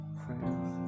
friends